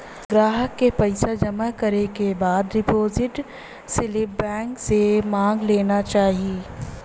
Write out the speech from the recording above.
ग्राहक के पइसा जमा करे के बाद डिपाजिट स्लिप बैंक से मांग लेना चाही